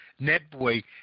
Netboy